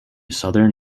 southern